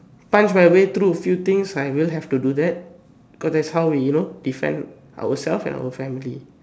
punch my way through a few things I will have to do that because that's how we you know defend ourself and our family